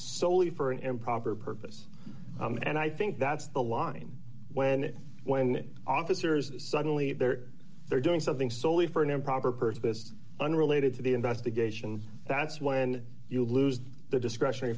solely for an improper purpose and i think that's the line when it when it officers suddenly there they're doing something solely for an improper purpose unrelated to the investigation that's when you lose the discretionary